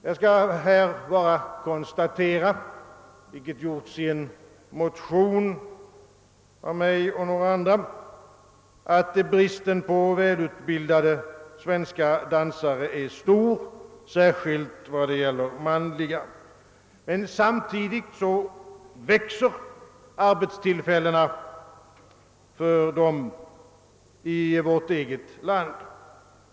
Jag skall här bara konstatera, vilket också gjorts i en motion av mig och några andra, att bristen på välutbildade svenska dansare är stor särskilt vad gäller manliga. Samtidigt växer arbetstillfällena för dem i vårt eget land.